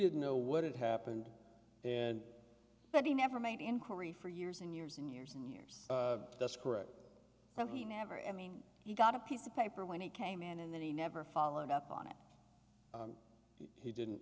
didn't know what had happened and but he never made inquiry for years and years and years and years that's correct but he never ending he got a piece of paper when he came in and then he never followed up on it he didn't